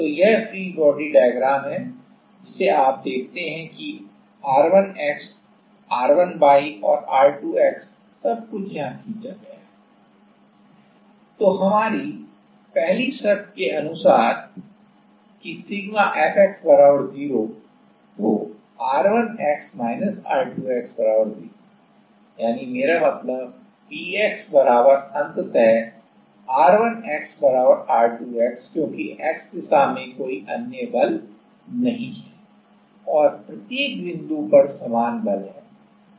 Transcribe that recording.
तो यह free body diagram है जिसे आप देखते हैं कि R1x R1y और R2x सब कुछ यहाँ खींचा गया है तो हमारी पहली शर्त के अनुसार कि सिग्मा Fx 0 तो R1 x R2 x 0 यानी मेरा Px अंततः R1x R2x क्योंकि x दिशा में कोई अन्य बल नहीं है और प्रत्येक बिंदु पर समान बल है